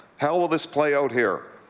how will this play out here?